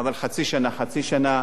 אבל חצי שנה, חצי שנה.